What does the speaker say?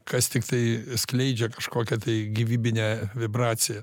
kas tiktai skleidžia kažkokią tai gyvybinę vibracija